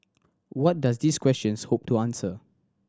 what does these questions hope to answer